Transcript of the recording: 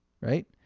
right